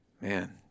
Man